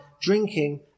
drinking